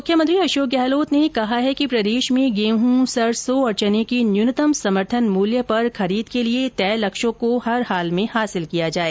मुख्यमंत्री अशोक गहलोत ने कहा है कि प्रदेश में गेहूं सरसों और चना की न्यूनतम समर्थन मूल्य पर खरीद के लिए तय लक्ष्यों को हर हाल में हासिल किया जाए